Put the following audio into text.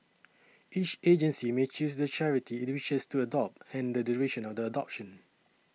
each agency may choose the charity it wishes to adopt and the duration of the adoption